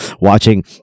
watching